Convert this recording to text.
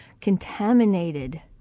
contaminated